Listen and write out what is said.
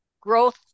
growth